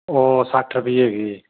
ਉਹ ਸੱਠ ਰੁਪਈਏ ਹੈਗੀ ਜੀ